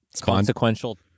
consequential